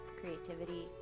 creativity